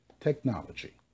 Technology